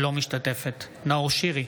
אינה משתתפת נאור שירי,